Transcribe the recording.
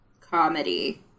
comedy